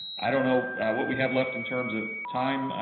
i don't know what we have left in terms of time,